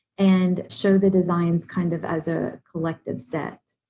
and show the designs kind of as a collective set.